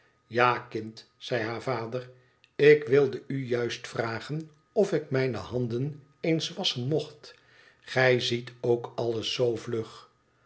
tja kind zei haar vader ik wilde u juist vragen of ik mijne handen eens wasschen mocht gij ziet ook alles zoo vlug